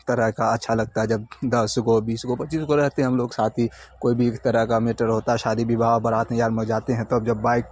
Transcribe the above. طرح کا اچھا لگتا ہے جب دس گو بیس گو پچیس گو رہتے ہیں ہم لوگ ساتھی کوئی بھی ایک طرح کا میٹر ہوتا ہے شادی بواہ برات میں جاتے ہیں تب جب بائک